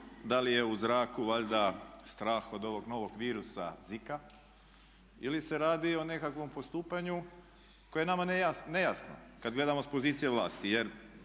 da li je u zraku valjda strah od ovog novog virusa ZIKA ili se radi o nekakvom postupanju koje je nama nejasno kad gledamo s pozicije vlasti.